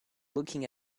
looking